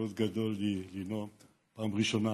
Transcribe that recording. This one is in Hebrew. כבוד גדול הוא לי לנאום בפעם הראשונה